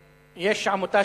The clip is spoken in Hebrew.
פנתה אלי עמותה.